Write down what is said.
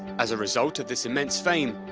as a result of this immense fame,